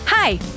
Hi